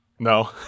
No